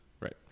right